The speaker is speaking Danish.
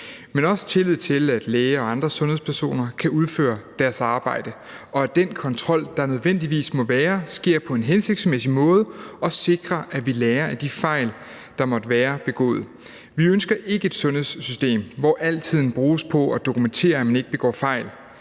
skal være tillid til, at læger og andre sundhedspersoner kan udføre deres arbejde, og at den kontrol, der nødvendigvis må være, sker på en hensigtsmæssig måde og sikrer, at vi lærer af de fejl, der måtte være begået. Vi ønsker ikke et sundhedssystem, hvor al tiden bruges på at dokumentere, at man ikke begår fejl,